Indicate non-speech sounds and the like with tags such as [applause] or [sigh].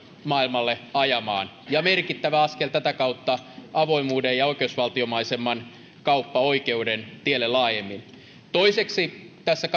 maailmalle ajamaan ja merkittävä askel tätä kautta avoimuuden ja oikeusvaltiomaisemman kauppaoikeuden tielle laajemmin toiseksi tässä [unintelligible]